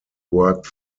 worked